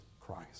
christ